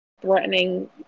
threatening